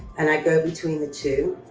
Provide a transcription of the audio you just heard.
and i go between the two